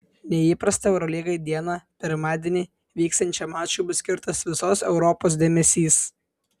neįprastą eurolygai dieną pirmadienį vyksiančiam mačui bus skirtas visos europos dėmesys